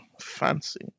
fancy